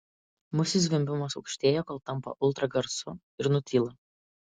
musių zvimbimas aukštėja kol tampa ultragarsu ir nutyla